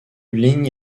ligne